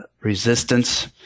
resistance